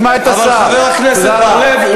חבר הכנסת בר-לב,